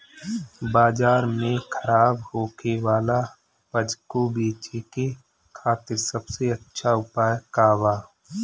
बाजार में खराब होखे वाला उपज को बेचे के खातिर सबसे अच्छा उपाय का बा?